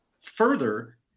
Further